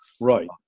right